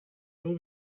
will